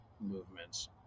movements